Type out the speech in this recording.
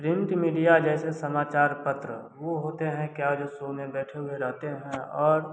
print की media जैसे समाचार पत्र वो होते हैं क्या जो शो में बैठे हुए रहते हैं और